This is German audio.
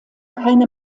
keine